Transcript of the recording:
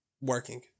working